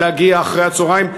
להגיע אחרי-הצהריים,